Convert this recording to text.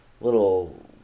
little